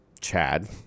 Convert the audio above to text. chad